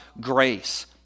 grace